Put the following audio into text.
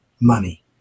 money